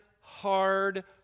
hard